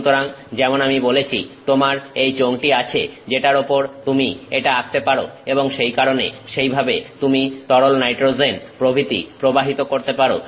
সুতরাং যেমন আমি বলেছিলাম তোমার এই চোঙটি আছে যেটার উপর তুমি এটা আঁকতে পারো এবং সেই কারণে সেইভাবে তুমি তরল নাইট্রোজেন প্রভৃতি প্রবাহিত করতে পারো